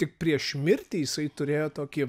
tik prieš mirtį jisai turėjo tokį